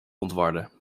ontwarde